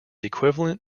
equivalent